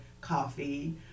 coffee